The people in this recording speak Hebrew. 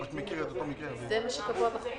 כפי שקבוע בחוק.